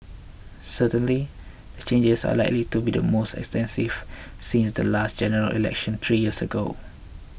certainly the changes are likely to be the most extensive since the last General Election three years ago